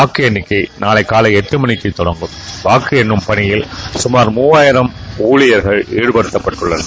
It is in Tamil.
வாக்கு எண்ணிக்கை கூலை எட்டு மணிக்கு தொடக்குகிறது வாக்கு எண்ணம் பணியில் சமார் மூவாயிரம் ஊழியர்கள் ஈடுபடுத்தப்படவுள்ளன்